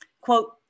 quote